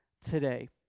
today